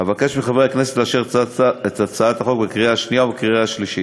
אבקש מחברי הכנסת לאשר את הצעת החוק בקריאה השנייה ובקריאה השלישית.